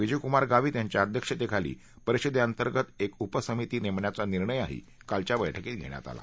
विजयकुमार गावित यांच्या अध्यक्षतेखाली परिषदेअंतर्गत एक उपसमिती नेमण्याचा निर्णयही बर्स्कीत घेण्यात आला